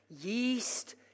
yeast